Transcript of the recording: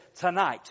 tonight